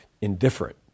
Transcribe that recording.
indifferent